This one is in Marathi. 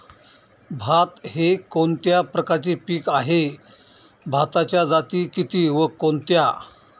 भात हे कोणत्या प्रकारचे पीक आहे? भाताच्या जाती किती व कोणत्या?